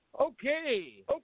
Okay